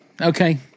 Okay